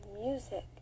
music